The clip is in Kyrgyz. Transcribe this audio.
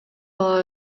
ала